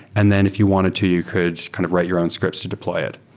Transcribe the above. and then if you wanted to, you could kind of write your own scripts to deploy it.